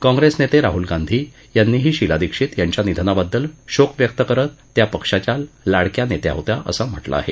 काँग्रेसनेते राहूल गांधी यांनीही शिला दीक्षित यांच्या निधनाबद्दल शोक व्यक्त करत त्या पक्षाच्या लाडक्या नेत्या होत्या असं म्हटलं आहे